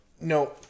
No